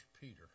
Peter